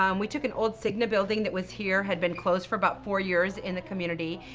um we took an old cigna building that was here, had been closed for about four years in the community,